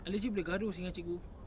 I legit boleh gaduh seh dengan cikgu